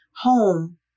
home